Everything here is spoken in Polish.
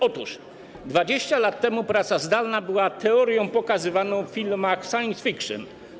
Otóż 20 lat temu praca zdalna była teorią pokazywaną w filmach science fiction.